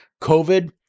COVID